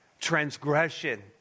transgression